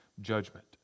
judgment